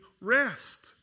rest